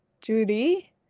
Judy